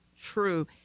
true